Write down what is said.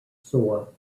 soil